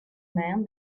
man